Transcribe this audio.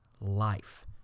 life